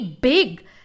big